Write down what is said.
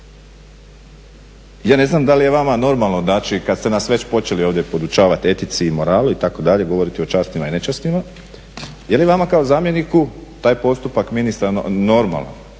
Ja ne znam da li vama normalno, znači kada ste nas već počeli ovdje podučavati etici i moralu itd. govoriti o častima i ne častima. Jeli vama kao zamjeniku taj postupak ministra normalan,